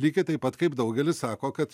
lygiai taip pat kaip daugelis sako kad